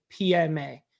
PMA